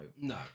No